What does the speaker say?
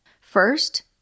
First